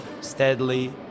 steadily